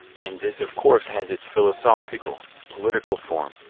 and this of course has its philosophical, political form,